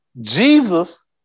Jesus